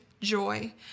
joy